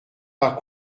pas